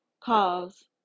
cause